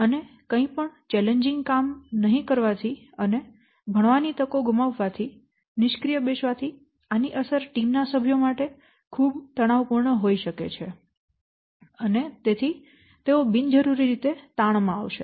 અને કંઈપણ ચેલેન્જિન્ગ કામ નહીં કરવાથી અને ભણવાની તકો ગુમાવવાથી નિષ્ક્રિય બેસવાથી આની અસર ટીમના સભ્યો માટે ખૂબ તણાવપૂર્ણ હોઈ શકે છે અને તેઓ બિનજરૂરી રીતે તાણમાં આવશે